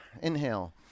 Inhale